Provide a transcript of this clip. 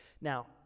Now